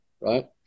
right